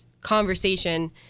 conversation